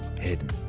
hidden